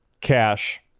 cash